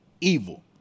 evil